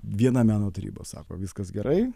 viena meno taryba sako viskas gerai